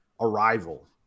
arrival